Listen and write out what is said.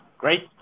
great